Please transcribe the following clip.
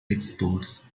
exports